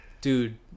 dude